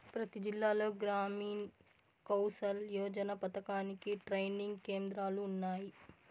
ప్రతి జిల్లాలో గ్రామీణ్ కౌసల్ యోజన పథకానికి ట్రైనింగ్ కేంద్రాలు ఉన్నాయి